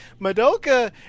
Madoka